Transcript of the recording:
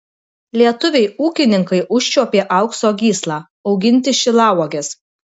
lietuviai ūkininkai užčiuopė aukso gyslą auginti šilauoges